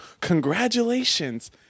congratulations